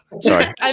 Sorry